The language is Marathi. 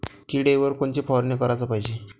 किड्याइवर कोनची फवारनी कराच पायजे?